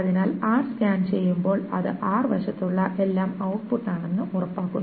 അതിനാൽ r scan ചെയ്യുമ്പോൾ അത് r വശത്തുള്ള എല്ലാം ഔട്ട്പുട്ട് ആണെന്ന് ഉറപ്പാക്കുന്നു